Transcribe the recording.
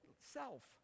self